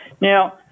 Now